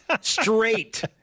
Straight